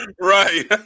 Right